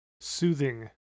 soothing